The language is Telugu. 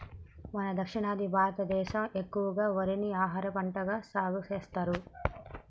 మన దక్షిణాది భారతదేసం ఎక్కువగా వరిని ఆహారపంటగా సాగుసెత్తారు